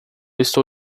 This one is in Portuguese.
estou